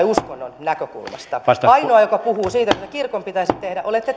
uskonnon näkökulmasta ainoa joka puhuu siitä että kirkon pitäisi tehdä olette